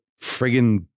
friggin